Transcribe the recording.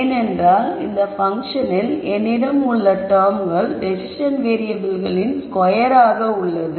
ஏனென்றால் இந்த பங்க்ஷனில் என்னிடம் உள்ள டெர்ம்கள் டெஸிஸன் வேறியபிள்களின் ஸ்கொயர் ஆக உள்ளது